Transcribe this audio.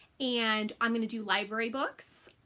and i'm gonna do library books.